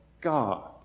God